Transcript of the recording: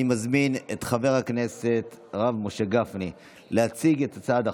אני מזמין את חבר הכנסת הרב משה גפני להציג את הצעת החוק.